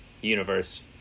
universe